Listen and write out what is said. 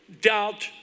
doubt